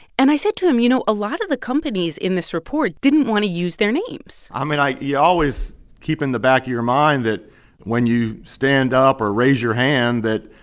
and i said to him, you know, a lot of the companies in this report didn't want to use their names i mean, you always keep in the back of your mind that when you stand up or raise your hand that,